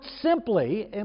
simply